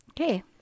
Okay